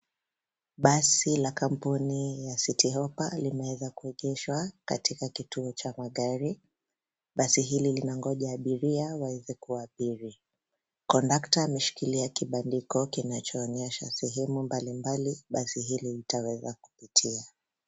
Basi la kampuni ya citi hoppa, limeweza kuegeshwa katika kituo cha magari. Basi hili linangoja abiria waeze kuabiri. Kondakta ameshikilia kibandiko kinachoonyesha sehemu mbalimbali basi hili litaweza kupitia.